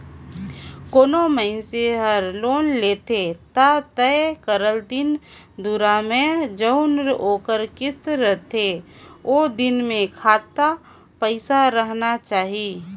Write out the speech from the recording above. कोनो मइनसे हर लोन लेथे ता तय करल दिन दुरा में जउन ओकर किस्त रहथे ओ दिन में खाता पइसा राहना चाही